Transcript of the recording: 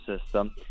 system